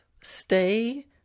stay